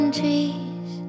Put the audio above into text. trees